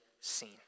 seen